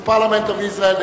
the parliament of Israel,